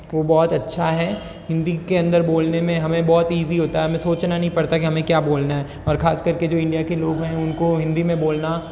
वो बहुत अच्छा है हिंदी के अंदर बोलने में हमें बहुत ईज़ी होता है हमें सोचना नहीं पड़ता कि हमें क्या बोलना है और खास करके जो इंडिया के लोग हैं उनको हिंदी में बोलना